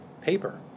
paper